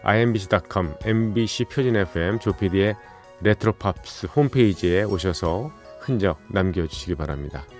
imbc.com, MBC 표준 FM, 조피디의 레트로 팝스 홈페이지에 오셔서 흔적 남겨주시기 바랍니다.